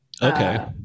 Okay